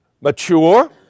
mature